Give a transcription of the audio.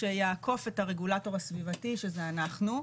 שיעקוף את הרגולטור הסביבתי שזה אנחנו.